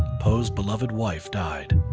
poe's beloved wife died.